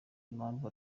impamvu